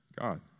God